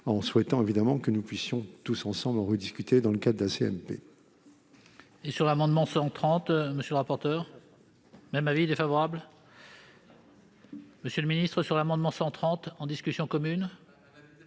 en souhaitant évidemment que nous puissions tous ensemble en rediscuter dans le cadre de la